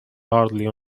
hardy